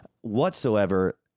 whatsoever